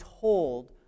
told